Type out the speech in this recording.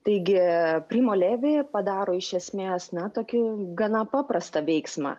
taigi primo levi padaro iš esmės na tokių gana paprastą veiksmą